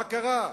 מה קרה?